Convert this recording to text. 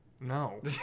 No